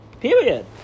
Period